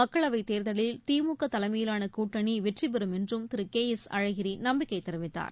மக்களவைத் தேர்தலில் திமுக தலைமையிலான கூட்டணி வெற்றி பெறும் என்றும் திரு கே எஸ் அழகிரி நம்பிக்கை தெரிவித்தார்